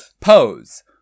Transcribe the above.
pose